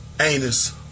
anus